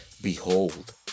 Behold